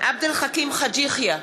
עבד אל חכים חאג' יחיא,